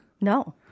No